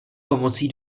pomocí